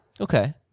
Okay